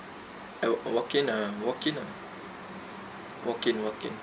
I wa~ walk in ah walk in ah walk in walk in